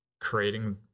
creating